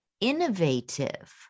innovative